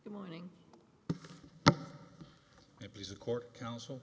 the morning if he's a court counsel